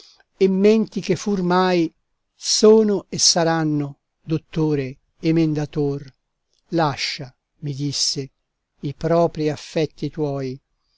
menti che fur mai sono e saranno dottore emendator lascia mi disse i propri affetti tuoi